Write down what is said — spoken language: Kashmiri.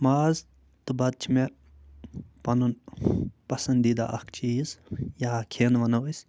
ماز تہٕ بَتہٕ چھِ مےٚ پَنُن پسنٛدیٖدہ اَکھ چیٖز یا کھٮ۪ن وَنَو أسۍ